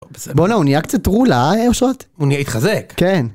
בואנה הוא נהיה קצת רולה. אה, אושרת? הוא התחזק כן.